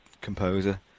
composer